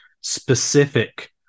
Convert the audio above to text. specific